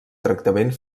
tractament